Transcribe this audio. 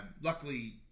Luckily